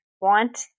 want